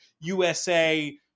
USA